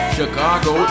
Chicago